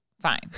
Fine